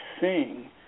seeing